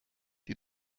die